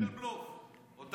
מי בודק את זה, מנדלבלוף?